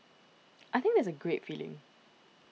I think that's a great feeling